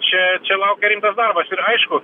čia čia laukia rimtas darbas ir aišku